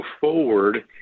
forward